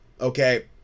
okay